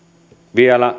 vielä